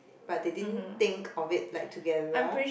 but they didn't think of it like together